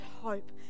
hope